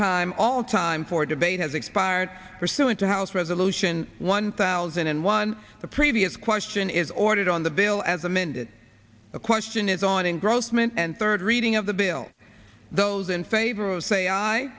time all time for debate has expired pursuant to house resolution one thousand and one the previous question is ordered on the bill as amended the question is on engrossment and third reading of the bill those in favor of say